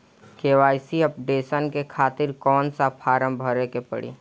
KYC updation के खातिर कौन सा फारम भरे के पड़ी?